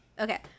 Okay